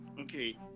Okay